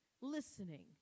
listening